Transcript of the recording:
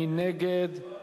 מי נגד?